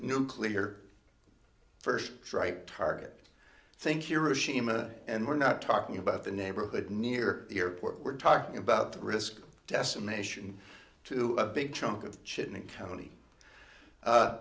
nuclear first strike target think you're ashima and we're not talking about the neighborhood near the airport we're talking about the risk of decimation to a big chunk of the county